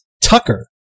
Tucker